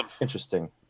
interesting